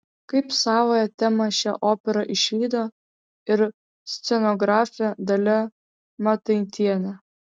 kaip savąją temą šią operą išvydo ir scenografė dalia mataitienė